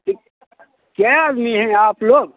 कित के आदमी है आप लोग